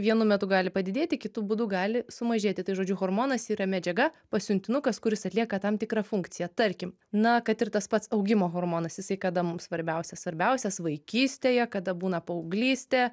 vienu metu gali padidėti kitu būdu gali sumažėti tai žodžiu hormonas yra medžiaga pasiuntinukas kuris atlieka tam tikrą funkciją tarkim na kad ir tas pats augimo hormonas jisai kada mums svarbiausias svarbiausias vaikystėje kada būna paauglystė